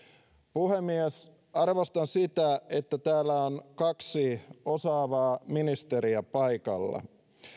puhemies arvostan sitä että täällä on kaksi osaavaa ministeriä paikalla